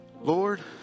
Lord